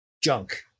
junk